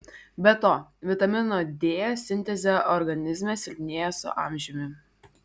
be to vitamino d sintezė organizme silpnėja su amžiumi